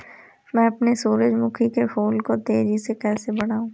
मैं अपने सूरजमुखी के फूल को तेजी से कैसे बढाऊं?